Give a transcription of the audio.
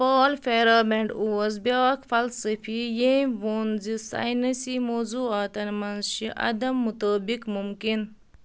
پال Feyerabend اوس بیٛاکھ فَلسفی ییٚمہِ ووٚن زِ ساینسی موضوٗعاتن منٛز چھِ عدم مُطٲبق مُمکِن